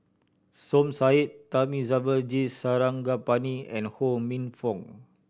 Som Said Thamizhavel G Sarangapani and Ho Minfong